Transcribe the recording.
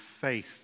faith